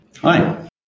Hi